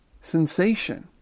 sensation